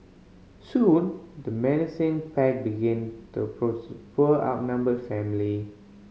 soon the menacing pack began to approach poor outnumbered family